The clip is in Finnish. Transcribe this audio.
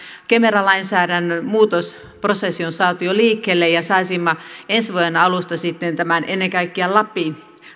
kemera lainsäädännön muutosprosessi on saatu jo liikkeelle ja saisimme ensi vuoden alusta sitten tämän ennen kaikkea lapin